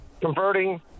converting